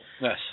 Yes